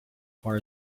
far